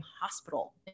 hospital